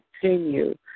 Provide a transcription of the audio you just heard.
continue